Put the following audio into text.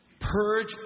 Purge